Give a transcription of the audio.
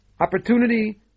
opportunity